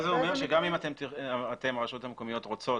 זה אומר שאם הרשויות המקומיות רוצות